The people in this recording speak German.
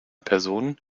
person